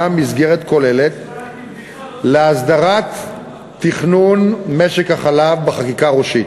מסגרת כוללת להסדרת תכנון משק החלב בחקיקה ראשית,